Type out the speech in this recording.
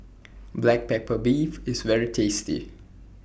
Black Pepper Beef IS very tasty